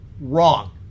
wrong